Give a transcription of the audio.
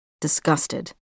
disgusted